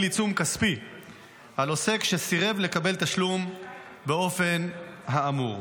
עיצום כספי על עוסק שסירב לקבל תשלום באופן האמור.